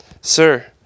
Sir